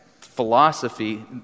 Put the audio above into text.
philosophy